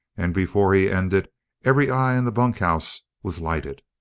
and before he ended every eye in the bunkhouse was lighted.